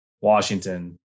washington